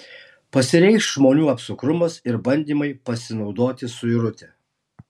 pasireikš žmonių apsukrumas ir bandymai pasinaudoti suirute